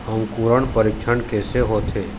अंकुरण परीक्षण कैसे होथे?